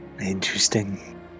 Interesting